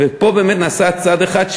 ופה באמת נעשה צעד אחד,